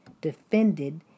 Defended